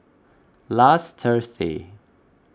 last Thursday